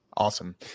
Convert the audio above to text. Awesome